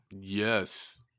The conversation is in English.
Yes